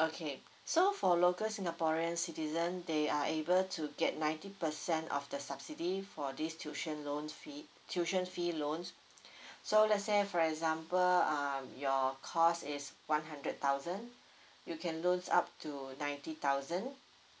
okay so for local singaporean citizen they are able to get ninety percent of the subsidy for this tuition loans fee tuition fee loans so let's say for example um your cost is one hundred thousand you can loans up to ninety thousand